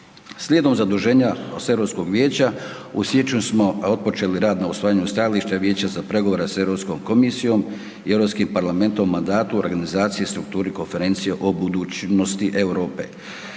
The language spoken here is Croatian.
Slijedom zaduženja s Europskog vijeća u siječnju smo otpočeli rad na usvajanju stajališta Vijeća za pregovore s Europskom komisijom i Europskim parlamentom o mandatu organizacije i strukturi konferencije o budućnosti Europe.